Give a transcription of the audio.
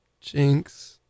Jinx